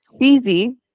easy